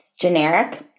generic